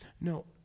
no